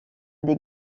des